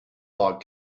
log